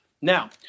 Now